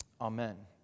amen